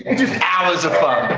and just hours of fun.